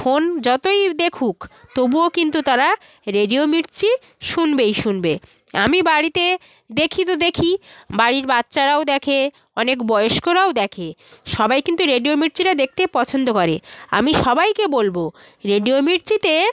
phone যতই দেখুক তবুও কিন্তু তারা রেডিও মির্চি শুনবেই শুনবে আমি বাড়িতে দেখি তো দেখি বাড়ির বাচ্চারাও দেখে অনেক বয়স্করাও দেখে সবাই কিন্তু রেডিও মির্চিটা দেখতে পছন্দ করে আমি সবাইকে বলবো রেডিও মির্চিতে